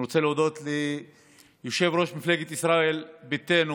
אני רוצה להודות ליושב-ראש מפלגת ישראל ביתנו